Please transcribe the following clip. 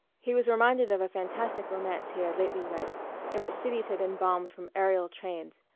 he was reminded of a fantastic romance he had lately read in which cities had been bombed from aerial trains,